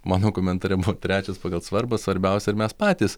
mano komentare trečias pagal svarbą svarbiausia ar mes patys